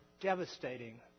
devastating